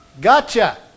Gotcha